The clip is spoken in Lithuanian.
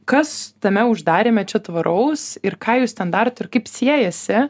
kas tame uždaryme čia tvaraus ir ką jūs ten darot ir kaip siejasi